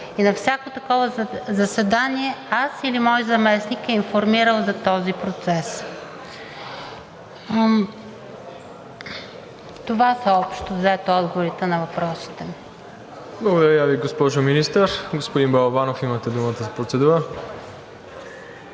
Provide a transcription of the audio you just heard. и на всяко такова заседание аз или мой заместник е информирал за този процес. Това са общо взето отговорите на въпросите ми. ПРЕДСЕДАТЕЛ МИРОСЛАВ ИВАНОВ: Благодаря Ви, госпожо Министър. Господин Балабанов, имате думата за процедура.